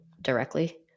directly